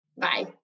Bye